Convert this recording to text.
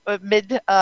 mid